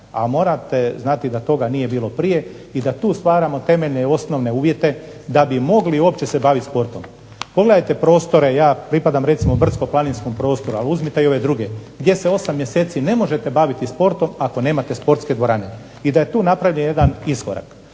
a morate znati da toga nije bilo prije i da tu stvaramo osnovne uvjete da bi mogli uopće se baviti sportom. Pogledajte prostore, ja pripadam brdsko-planinskom prostoru gdje se 8 mjeseci ne možete baviti sportom ako nemate sportske dvorane i da je tu napravljen jedan iskorak.